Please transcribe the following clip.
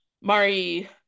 Mari